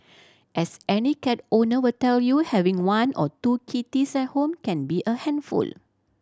as any cat owner will tell you having one or two kitties at home can be a handful